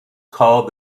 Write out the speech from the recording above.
called